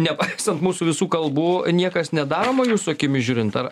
nepaisant mūsų visų kalbų niekas nedaroma jūsų akimis žiūrint ar